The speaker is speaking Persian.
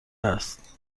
است